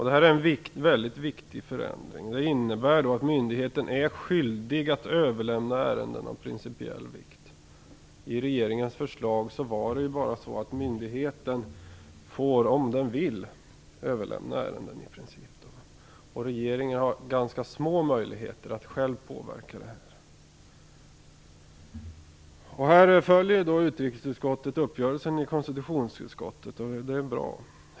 Det är en väldigt viktig förändring. Det innebär att myndigheten är skyldig att överlämna ärenden av principiell vikt. Enligt regeringens förslag får myndigheten, om den vill, överlämna ärenden. Regeringen har ganska små möjligheter att själv påverka. I det här avseendet följer utrikesutskottet uppgörelsen i KU. Det är bra.